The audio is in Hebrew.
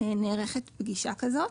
נערכת פגישה כזאת.